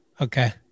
Okay